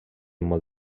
molt